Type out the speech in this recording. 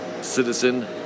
citizen